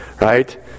right